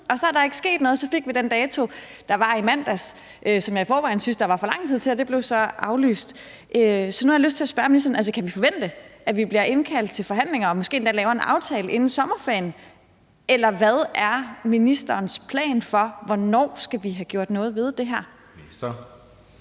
og så er der ikke sket noget. Så fik vi den dato i mandags, som jeg i forvejen syntes der var for lang tid til, og det blev så aflyst. Så nu har lyst til at spørge ministeren: Kan vi forvente, at vi bliver indkaldt til forhandlinger og måske endda laver en aftale inden sommerferien? Eller hvad er ministerens plan for, hvornår vi skal have gjort noget ved det her? Kl.